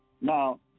Now